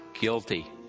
guilty